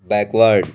backward